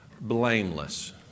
blameless